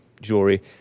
jewelry